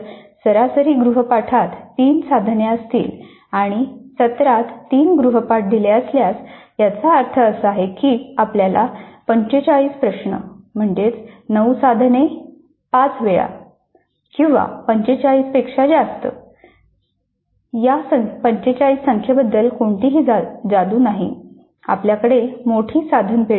जर सरासरी गृहपाठात तीन साधने असतील आणि सत्रात तीन गृहपाठ दिले असल्यास याचा अर्थ असा की आपल्याला 45 प्रश्न